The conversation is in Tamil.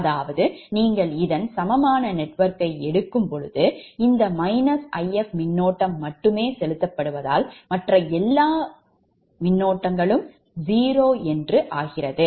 அதாவது நீங்கள் இதன் சமமான நெட்வொர்க்கை எடுக்கும்போது இந்த மின்னோட்டம் மட்டுமே செலுத்தப்படுவதால் மற்ற எல்லா மின்னோட்டகளும் 0 ஆகும்